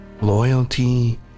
Loyalty